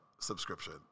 subscription